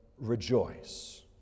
Rejoice